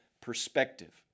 perspective